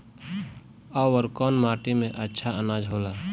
अवर कौन माटी मे अच्छा आनाज होला?